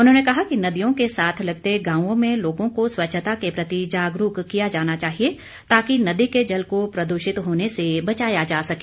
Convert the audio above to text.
उन्होंने कहा कि नदियों के साथ लगते गांवों में लोगों को स्वच्छता के प्रति जागरूक किया जाना चाहिए ताकि नदी के जल को प्रदूषित होने से बचाया जा सके